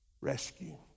rescue